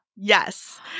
Yes